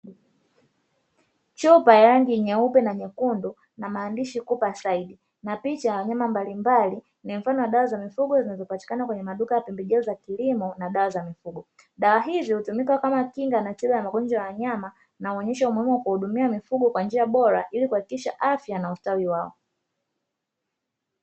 Chupa yenye rangi ni nyeupe na nyekundu na maandishi kubwa zaidi na picha ya wanyama mbalimbali, ni mfano wa dawa za mifugo zinazopatikana kwenye maduka ya pembejeo za kilimo na dawa za mifugo. Dawa hizo hutumika kama kinga anacheza magonjwa ya nyama naonyeshwa umuhimu wa kuwahudumia mifugo kwa njia bora, ili kuhakikisha afya na ustawi wao.